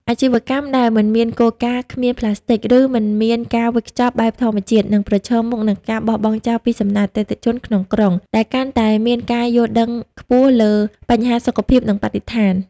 អាជីវកម្មដែលមិនមានគោលការណ៍ "គ្មានប្លាស្ទិក" ឬមិនមានការវេចខ្ចប់បែបធម្មជាតិនឹងប្រឈមមុខនឹងការបោះបង់ចោលពីសំណាក់អតិថិជនក្នុងក្រុង ដែលកាន់តែមានការយល់ដឹងខ្ពស់លើបញ្ហាសុខភាព និងបរិស្ថាន។